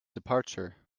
departure